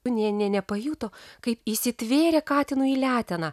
nė nė nepajuto kaip įsitvėrė katinui į leteną